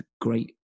great